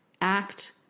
act